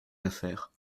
affaire